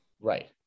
Right